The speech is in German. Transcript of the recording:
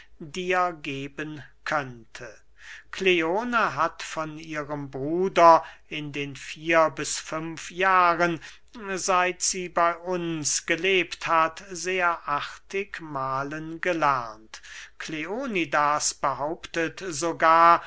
dir geben könnte kleone hat von ihrem bruder in den vier bis fünf jahren seit sie bey uns gelebt hat sehr artig mahlen gelernt kleonidas behauptet sogar